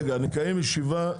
נקיים ישיבה,